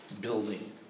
building